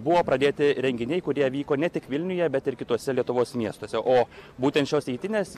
buvo pradėti renginiai kurie vyko ne tik vilniuje bet ir kituose lietuvos miestuose o būtent šios eitynės